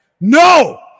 No